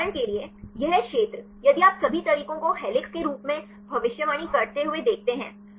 उदाहरण के लिए यह क्षेत्र यदि आप सभी तरीकों को हेलिक्स के रूप में भविष्यवाणी करते हुए देखते हैं